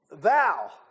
Thou